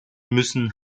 müssen